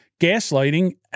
Gaslighting